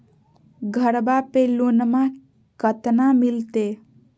घरबा पे लोनमा कतना मिलते?